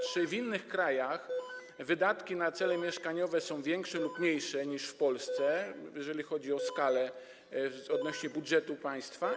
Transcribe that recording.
Czy w innych krajach wydatki na cele mieszkaniowe są większe, czy mniejsze niż w Polsce, jeżeli chodzi o skalę w odniesieniu do budżetu państwa?